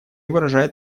выражает